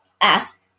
ask